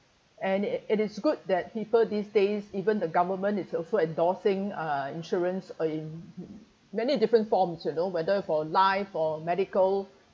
and it it is good that people these days even the government is also endorsing uh insurance in many different forms you know whether for life or medical